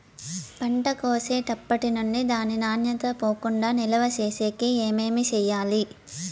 పంట కోసేటప్పటినుండి దాని నాణ్యత పోకుండా నిలువ సేసేకి ఏమేమి చేయాలి?